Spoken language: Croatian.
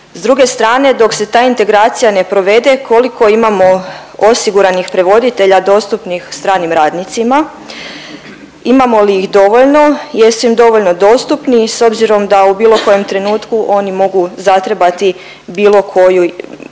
S druge strane, dok se ta integracija ne provede, koliko imamo osiguranih prevoditelja dostupnih stranim radnicima, imamo li ih dovoljno, jesu im dovoljno dostupni i s obzirom da u bilo kojem trenutku oni mogu zatrebati bilo koju